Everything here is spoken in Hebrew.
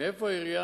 איך העירייה,